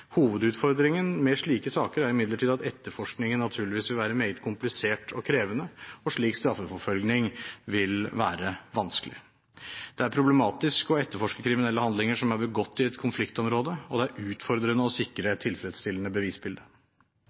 Hovedutfordringen med slike saker er imidlertid at etterforskningen naturligvis vil være meget komplisert og krevende, og at slik straffeforfølgning vil være vanskelig. Det er problematisk å etterforske kriminelle handlinger som er begått i et konfliktområde, og det er utfordrende å sikre tilfredsstillende bevisbilde.